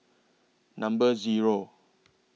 Number Zero